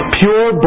pure